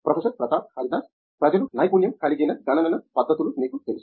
professor Pratap Haridas ప్రజలు నైపుణ్యం కలిగిన గణన పద్ధతులు మీకు తెలుసు